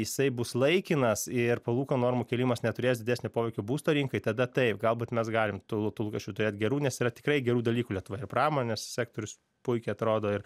jisai bus laikinas ir palūkanų normų kėlimas neturės didesnio poveikio būsto rinkai tada taip galbūt mes galim tų lūkesčių turėt gerų nes yra tikrai gerų dalykų lietuvoje pramonės sektorius puikiai atrodo ir